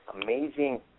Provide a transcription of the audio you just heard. amazing